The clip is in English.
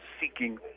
seeking